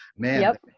man